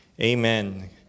amen